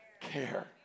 care